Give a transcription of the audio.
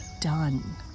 done